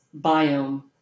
biome